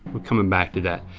we're comin' back to that.